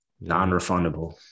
Non-refundable